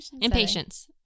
Impatience